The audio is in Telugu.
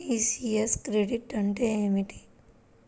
ఈ.సి.యస్ క్రెడిట్ అంటే ఏమిటి?